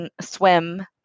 swim